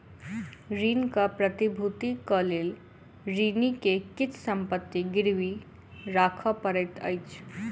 ऋणक प्रतिभूतिक लेल ऋणी के किछ संपत्ति गिरवी राखअ पड़ैत अछि